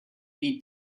eat